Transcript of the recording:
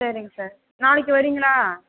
சரிங்க சார் நாளைக்கு வரீங்களா